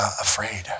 afraid